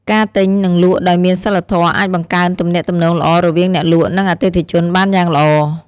ការទិញ និងលក់ដោយមានសីលធម៌អាចបង្កើនទំនាក់ទំនងល្អរវាងអ្នកលក់ និងអតិថិជនបានយ៉ាងល្អ។